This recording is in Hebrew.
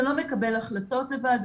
אתה לא מקבל החלטות לבד,